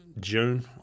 June